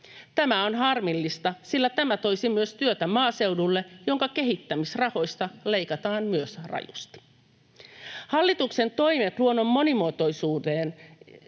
Tämä on harmillista, sillä tämä toisi myös työtä maaseudulle, jonka kehittämisrahoista leikataan myös rajusti. Hallituksen toimet luonnon monimuotoisuuden